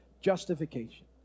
justification